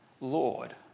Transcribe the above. Lord